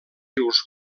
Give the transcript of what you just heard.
rius